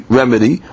remedy